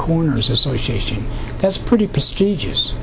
corners association that's pretty prestigious